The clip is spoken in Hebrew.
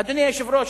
אדוני היושב-ראש,